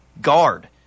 guard